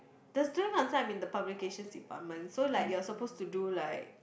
the student council I'm in the publications department so like you're supposed to do like